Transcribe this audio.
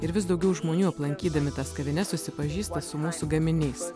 ir vis daugiau žmonių aplankydami tas kavines susipažįsta su mūsų gaminiais